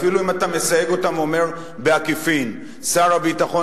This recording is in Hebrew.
אפילו אם אתה מסייג אותם ואומר: בעקיפין שר הביטחון